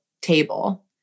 table